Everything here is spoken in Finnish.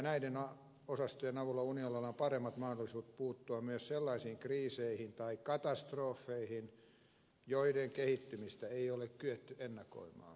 näiden osastojen avulla unionilla on paremmat mahdollisuudet puuttua myös sellaisiin kriiseihin tai katastrofeihin joiden kehittymistä ei ole kyetty ennakoimaan